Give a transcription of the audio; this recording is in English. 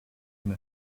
and